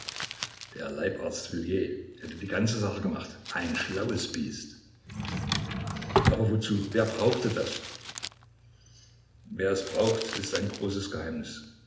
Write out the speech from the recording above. der leibarzt wylli hätte die ganze sache gemacht ein schlaues biest aber wozu wer brauchte das wer es braucht ist ein großes geheimnis